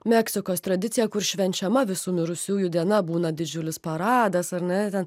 meksikos tradiciją kur švenčiama visų mirusiųjų diena būna didžiulis paradas ar ne ten